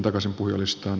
arvoisa puhemies